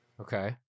okay